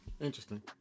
Interesting